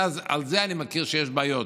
בזה אני יודע שיש בעיות.